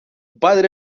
padre